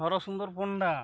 Harasundar Panda